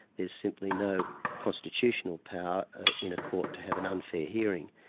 there's simply no constitutional power in a court to have an unfair hearing,